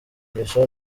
ngeso